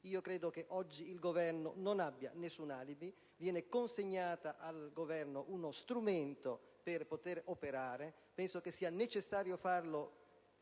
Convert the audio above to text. Credo che oggi il Governo non abbia alcun alibi: gli viene consegnato uno strumento per poter operare. Penso che sia necessario farlo